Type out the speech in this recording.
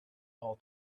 all